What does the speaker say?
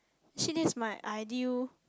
chill is my idea